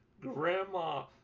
Grandma